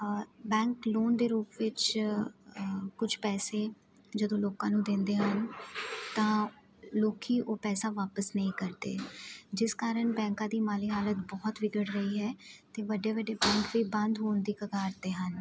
bank loan ਦੇ ਰੂਪ ਵਿੱਚ ਕੁਝ ਪੈਸੇ ਜਦੋਂ ਲੋਕਾਂ ਨੂੰ ਦਿੰਦੇ ਹਨ ਤਾਂ ਲੋਕ ਉਹ ਪੈਸਾ ਵਾਪਸ ਨਹੀਂ ਕਰਦੇ ਜਿਸ ਕਾਰਨ ਬੈਂਕਾਂ ਦੀ ਮਾਲੀ ਹਾਲਤ ਬਹੁਤ ਵਿਗੜ ਰਹੀ ਹੈ ਅਤੇ ਵੱਡੇ ਵੱਡੇ ਬੈਂਕ ਵੀ ਬੰਦ ਹੋਣ ਦੀ ਕਗਾਰ 'ਤੇ ਹਨ